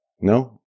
No